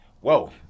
Whoa